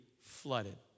flooded